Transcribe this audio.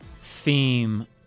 theme